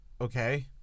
Okay